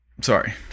sorry